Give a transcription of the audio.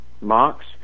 Marks